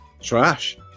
trash